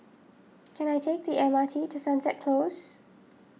can I take the M R T to Sunset Close